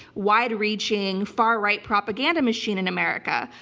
wide-reaching, far-right propaganda machine in america.